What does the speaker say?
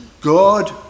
God